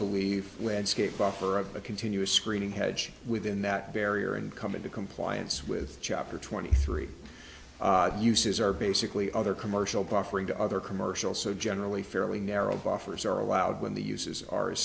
believe landscape buffer of a continuous screaming hedge within that barrier and come into compliance with chapter twenty three uses are basically other commercial buffering to other commercial so generally fairly narrow buffers are allowed when the uses are as